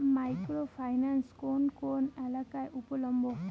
Micro finance কোন কোন এলাকায় উপলব্ধ?